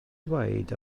dweud